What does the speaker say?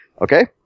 Okay